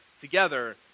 together